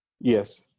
Yes